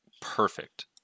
perfect